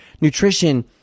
Nutrition